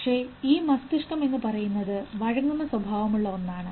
പക്ഷേ ഈ മസ്തിഷ്കം എന്ന് പറയുന്നത് വഴങ്ങുന്ന സ്വഭാവമുള്ള ഒന്നാണ്